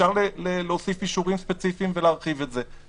אפשר להוסיף אישורים ספציפיים ולהרחיב את זה.